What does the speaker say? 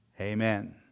Amen